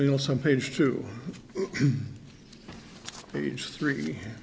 you know some page to page three